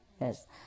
Yes